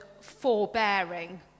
forbearing